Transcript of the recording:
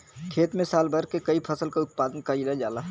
खेत में साल भर में कई फसल क उत्पादन कईल जाला